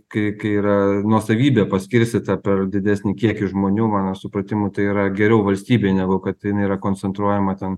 kai kai yra nuosavybė paskirstyta per didesnį kiekį žmonių mano supratimu tai yra geriau valstybei negu kad jin yra koncentruojama ten